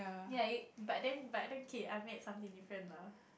ya it but then but okay I met something different lah